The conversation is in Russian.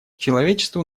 человечеству